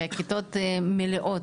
והכיתות מלאות.